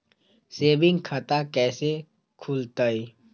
Saving खाता कैसे खुलतई?